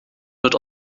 wird